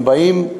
הם באים,